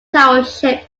township